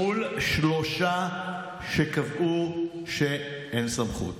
מול שלושה שקבעו שאין סמכות.